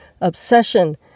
obsession